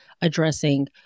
addressing